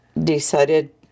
decided